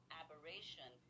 aberration